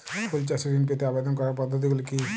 ফুল চাষে ঋণ পেতে আবেদন করার পদ্ধতিগুলি কী?